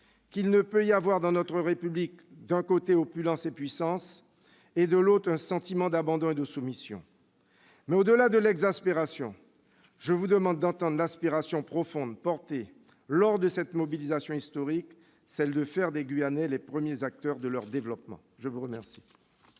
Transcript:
qu'il ne peut y avoir, dans notre République, d'un côté opulence et puissance et, de l'autre, un sentiment d'abandon et de soumission. Au-delà de l'exaspération, je vous demande d'entendre l'aspiration profonde portée lors de cette mobilisation historique, celle de faire des Guyanais les premiers acteurs de leur développement. La parole